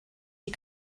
die